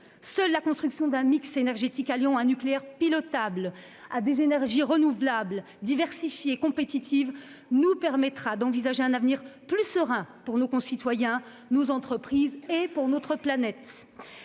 qu'en construisant un mix énergétique alliant un nucléaire pilotable à des énergies renouvelables diversifiées et compétitives que nous pourrons envisager un avenir plus serein pour nos concitoyens, pour nos entreprises et pour notre planète.